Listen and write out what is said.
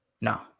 no